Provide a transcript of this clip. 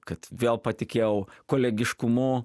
kad vėl patikėjau kolegiškumu